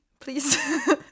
please